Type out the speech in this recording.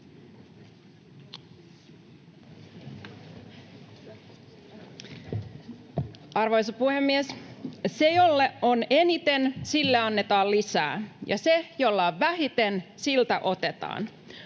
Arvoisa puhemies! Sille, jolla on eniten, annetaan lisää. Siltä, jolla on vähiten, otetaan.